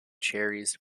cherries